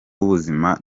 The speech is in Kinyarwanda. w’ubuzima